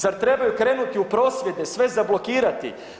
Zar trebaju krenuti u prosvjede, sve zablokirati?